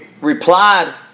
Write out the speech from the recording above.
replied